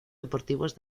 deportivos